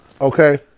Okay